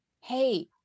hey